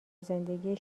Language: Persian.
زندگی